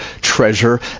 treasure